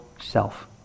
self